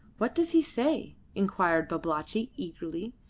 what does he say? inquired babalatchi, eagerly.